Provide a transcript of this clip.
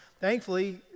thankfully